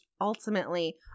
ultimately